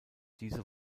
diese